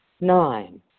Nine